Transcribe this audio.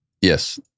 Yes